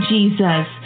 Jesus